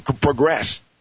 progress